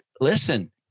listen